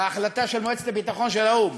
בהחלטה של מועצת הביטחון של האו"ם,